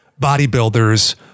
bodybuilders